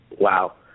Wow